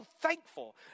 thankful